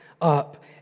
up